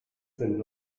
sind